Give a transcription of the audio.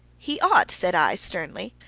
he ought, said i, sternly.